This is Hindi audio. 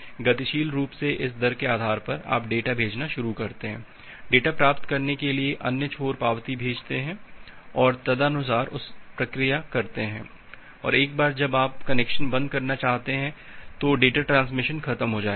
इसलिए गतिशील रूप से इस दर के आधार पर आप डेटा भेजना शुरू करते हैं डेटा प्राप्त करने के लिए अन्य छोर पावती भेजते हैं और तदनुसार उसे प्रक्रिया करते हैं और एक बार जब आप कनेक्शन बंद करना चाहते हैं तो डेटा ट्रांसमिशन खत्म हो जाएगा